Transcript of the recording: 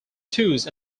toes